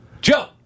Joe